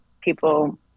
people